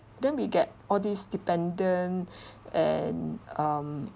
then we get all these dependent and um